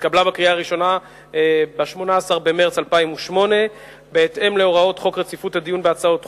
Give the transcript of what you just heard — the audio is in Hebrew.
התקבלה בקריאה הראשונה ב-18 במרס 2008. בהתאם להוראות חוק רציפות הדיון בהצעות חוק,